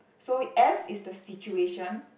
so S is the situation